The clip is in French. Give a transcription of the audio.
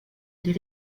des